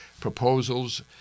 proposals